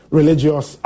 religious